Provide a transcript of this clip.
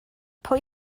pwy